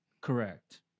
Correct